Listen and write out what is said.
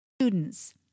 students